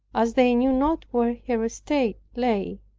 as they knew not where her estate lay.